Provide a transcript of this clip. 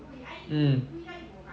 mm